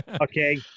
Okay